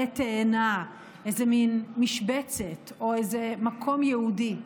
עלה תאנה, איזו מין משבצת או איזה מקום ייעודי.